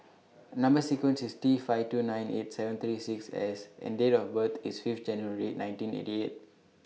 Number sequence IS T five two nine eight seven three six S and Date of birth IS five January nineteen eighty eight